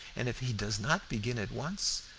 and if he does not begin at once,